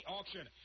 Auction